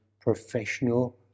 professional